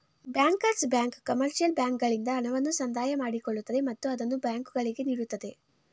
bankers bank commercial ಬ್ಯಾಂಕ್ಗಳಿಂದ ಹಣವನ್ನು ಸಂದಾಯ ಮಾಡಿಕೊಳ್ಳುತ್ತದೆ ಮತ್ತು ಅದನ್ನು ಬ್ಯಾಂಕುಗಳಿಗೆ ನೀಡುತ್ತದೆ